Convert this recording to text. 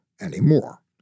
anymore